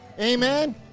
Amen